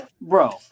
bro